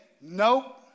nope